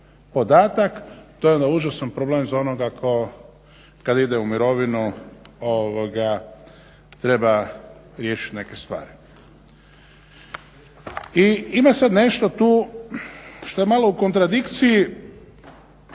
podatak to je onda užasan problem za onoga tko kad ide u mirovinu treba riješit neke stvar. I ima sad nešto tu što je malo u kontradikciji